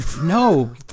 No